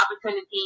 opportunity